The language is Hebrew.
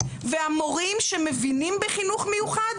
המורים שמבינים בחינוך מיוחד,